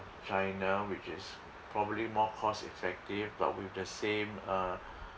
china which is probably more cost-effective but with the same uh